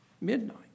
midnight